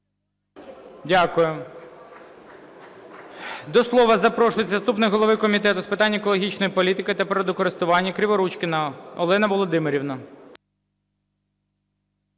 Дякую. До слова запрошується заступник голови Комітету з питань екологічної політики та природокористування Криворучкіна Олена Володимирівна.